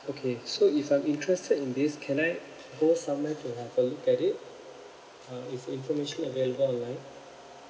okay so if I'm interested in this can I go somewhere to have a look at it uh is information available online